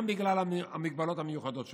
גם בגלל המגבלות המיוחדות שלהם.